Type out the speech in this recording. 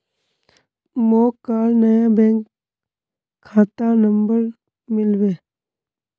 मोक काल नया बैंक खाता नंबर मिलबे